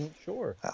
sure